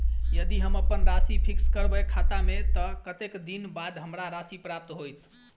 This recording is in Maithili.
यदि हम अप्पन राशि फिक्स करबै खाता मे तऽ कत्तेक दिनक बाद हमरा राशि प्राप्त होइत?